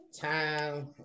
time